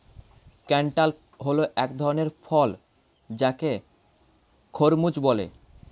cantaloupe হল এক ধরণের ফল যাকে খরমুজ বলে